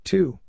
Two